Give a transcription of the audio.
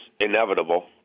inevitable